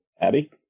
Abby